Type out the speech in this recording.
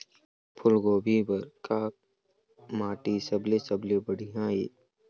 फूलगोभी बर का माटी सबले सबले बढ़िया ये?